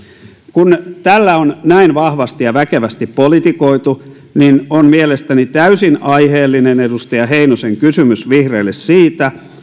kun tällä on näin vahvasti ja väkevästi politikoitu niin on mielestäni täysin aiheellinen edustaja heinosen kysymys vihreille siitä